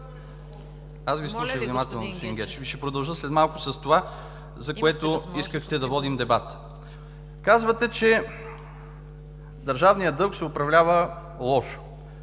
Аз Ви слушах внимателно, господин Гечев, и ще продължа след малко с това, за което искахте да водим дебат. Казвате, че държавният дълг се управлява лошо.